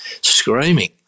screaming